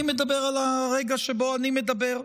אני מדבר על הרגע שבו אני מדבר.